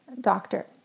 doctor